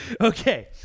Okay